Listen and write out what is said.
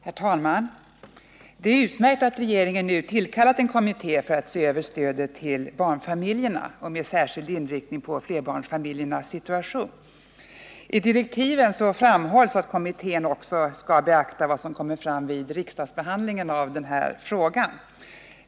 Herr talman! Det är utmärkt att regeringen nu tillkallat en kommitté för att se över stödet till barnfamiljerna, med särskild inriktning på flerbarnsfamiljernas situation. I direktiven framhålls att kommittén också bör beakta vad som kommer fram vid riksdagsbehandlingen av dessa frågor.